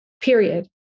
period